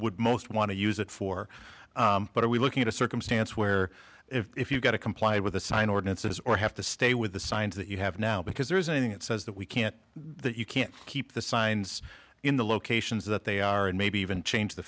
would most want to use it for but are we looking at a circumstance where if you got to comply with the sign ordinances or have to stay with the signs that you have now because there is anything that says that we can't you can't keep the signs in the locations that they are and maybe even change the